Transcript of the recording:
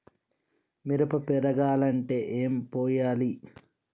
మిరప పెరగాలంటే ఏం పోయాలి?